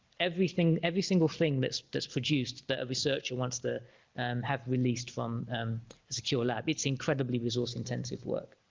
everything every single thing that's that's produced that a researcher wants to have released from a secure lab it's incredibly resource intensive work